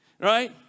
Right